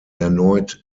erneut